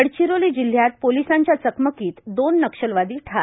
गडचिरोली जिल्ह्यात पोलिसांच्या चकमकीत दोन नक्षलवादी ठार